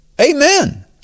Amen